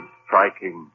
striking